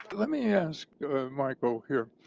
let me ask michael here,